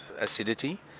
acidity